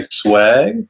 swag